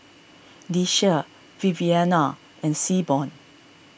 Deasia Viviana and Seaborn